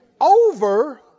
over